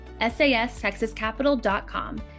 sastexascapital.com